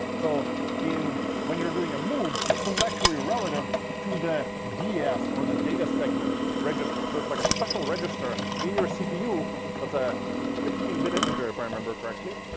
so when you're doing a move, this is actually relative to the ds or the data segment register. so it's like a special register in your cpu that's a sixteen bit integer, if i remember correctly.